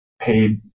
paid